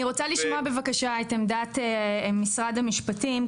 אני רוצה לשמוע בבקשה את עמדת משרד המשפטים,